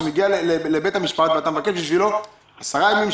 שאתה מגיע לבית המשפט ומבקש בשבילו 10 ימים,